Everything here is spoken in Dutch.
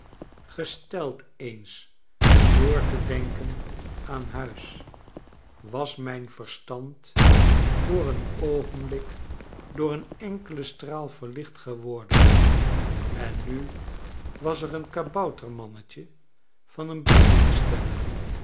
gesteld eens door te denken aan huis was mijn verstand voor een oogenblik door een enkelen straal verlicht geworden ennu waser een kaboutermannetje van een